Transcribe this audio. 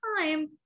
time